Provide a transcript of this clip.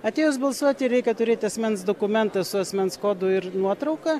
atėjus balsuoti reikia turėti asmens dokumentą su asmens kodu ir nuotrauka